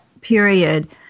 period